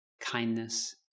kindness